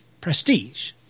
prestige